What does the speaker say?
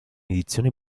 edizione